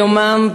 ביומן,